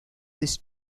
ist